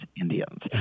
Indians